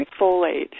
folate